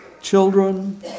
Children